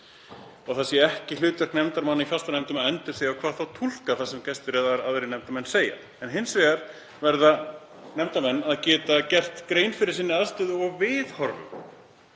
og það sé ekki hlutverk nefndarmanna í fastanefndum að endursegja, hvað þá túlka, það sem gestir eða aðrir nefndarmenn segja. En hins vegar verða nefndarmenn að geta gert grein fyrir afstöðu sinni og viðhorfum.